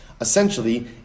Essentially